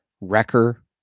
wrecker